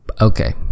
Okay